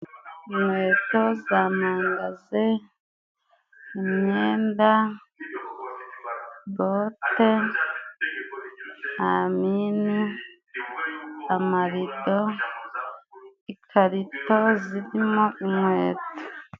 Inkweto za magaze, imyenda, bote, mwamini, amarido , ikarito zirimo inkweto.